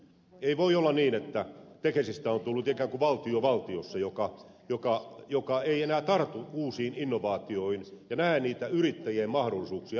ei voi olla niin että tekesistä on tullut ikään kuin valtio valtiossa joka ei enää tartu uusiin innovaatioihin ja näe yrittäjien mahdollisuuksia